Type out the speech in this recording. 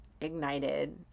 ignited